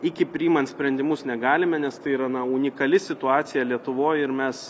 iki priimant sprendimus negalime nes tai yra na unikali situacija lietuvoj ir mes